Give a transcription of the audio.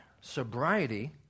sobriety